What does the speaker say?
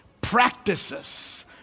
practices